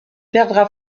perdra